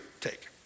take